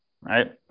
right